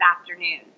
afternoon